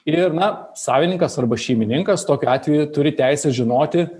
ir na savininkas arba šeimininkas tokiu atveju turi teisę žinoti